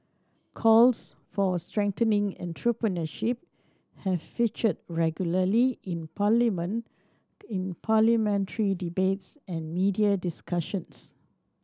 calls for strengthening entrepreneurship have featured regularly in parliament in parliamentary debates and media discussions